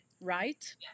right